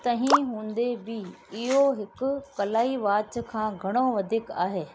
तंहिं हूंदे बि इहो हिकु क्लाई वाच खां घणो वधीक आहे